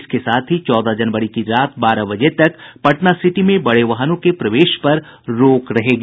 इसके साथ ही चौदह जनवरी की रात बारह बजे तक पटनासिटी में बड़े वाहनों के प्रवेश पर रोक रहेगी